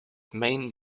main